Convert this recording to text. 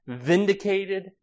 vindicated